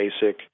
basic